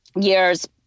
years